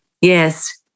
Yes